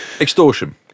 Extortion